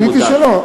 עניתי שלא.